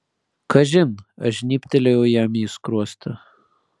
kažin aš žnybtelėjau jam į skruostą